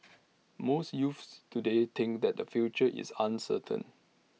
most youths today think that their future is uncertain